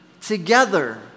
together